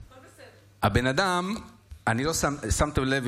לא, יש לך לב.